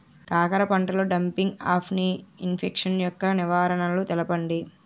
కాకర పంటలో డంపింగ్ఆఫ్ని ఇన్ఫెక్షన్ యెక్క నివారణలు తెలపండి?